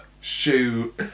shoe